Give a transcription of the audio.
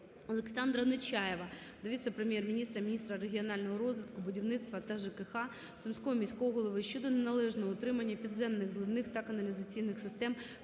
Олександра Нечаєва до Віце-прем’єр-міністра України - міністра регіонального розвитку, будівництва та ЖКГ, Сумського міського голови щодо неналежного утримання підземних зливових та каналізаційних систем,